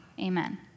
Amen